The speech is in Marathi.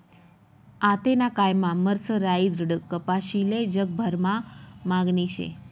आतेना कायमा मर्सराईज्ड कपाशीले जगभरमा मागणी शे